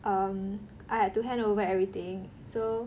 um I had to hand over everything so